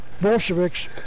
Bolsheviks